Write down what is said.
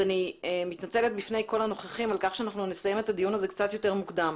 אני מתנצלת בפני כל הנוכחים על כך שנסיים את הדיון הזה קצת יותר מוקדם.